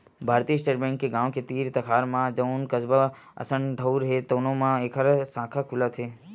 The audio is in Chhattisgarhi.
भारतीय स्टेट बेंक के गाँव के तीर तखार म जउन कस्बा असन ठउर हे तउनो म एखर साखा खुलत हे